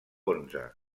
onze